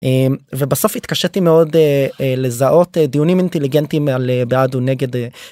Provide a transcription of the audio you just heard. ובסוף התקשתי מאוד לזהות דיונים אינטליגנטים על בעד ונגד.